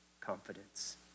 confidence